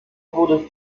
wurde